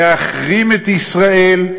להחרים את ישראל,